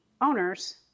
owners